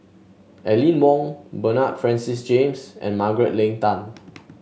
Aline Wong Bernard Francis James and Margaret Leng Tan